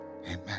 amen